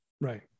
Right